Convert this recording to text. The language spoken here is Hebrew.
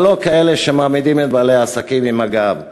אבל לא כאלה שמעמידים את בעלי העסקים עם הגב,